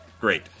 Great